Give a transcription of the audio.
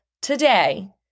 today